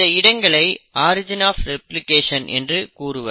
இந்த இடங்களை origin of replication என்று கூறுவர்